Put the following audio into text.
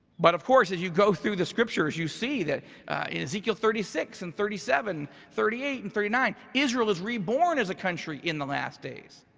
but of course, as you go through the scriptures, you see that in ezekiel thirty six and thirty seven, thirty eight and thirty nine, israel is reborn as a country in the last days.